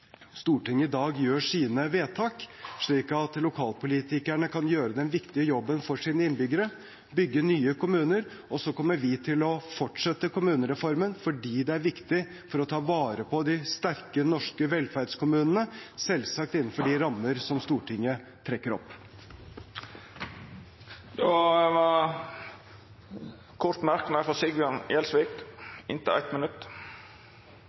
Stortinget i dag gjør sine vedtak, slik at lokalpolitikerne kan gjøre den viktige jobben for sine innbyggere: å bygge nye kommuner. Så kommer vi til å fortsette kommunereformen, fordi det er viktig for å ta vare på de sterke norske velferdskommunene – selvsagt innenfor de rammer som Stortinget trekker opp. Sigbjørn Gjelsvik har hatt ordet to gonger tidlegare og får ordet til ein kort merknad, avgrensa til 1 minutt.